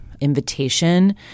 invitation